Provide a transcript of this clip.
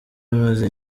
amaze